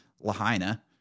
Lahaina